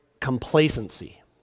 complacency